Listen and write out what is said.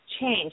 change